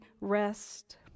rest